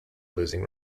losing